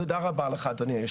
תודה רבה לך אדוני יושב הראש.